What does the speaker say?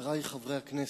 חברי חברי הכנסת,